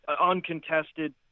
uncontested